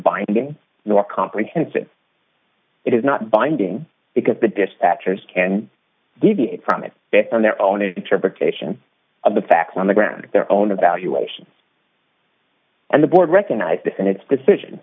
binding nor comprehensive it is not binding because the dispatchers can deviate from it based on their own interpretation of the facts on the ground their own evaluation and the board recognize this and its decision